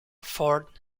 ford